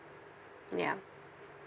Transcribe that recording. ya